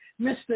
Mr